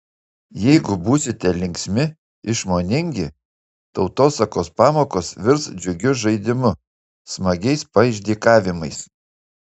jeigu būsite linksmi išmoningi tautosakos pamokos virs džiugiu žaidimu smagiais paišdykavimais